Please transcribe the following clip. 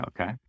Okay